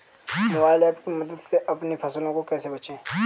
Mobile app की मदद से अपनी फसलों को कैसे बेचें?